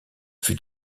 fut